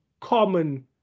common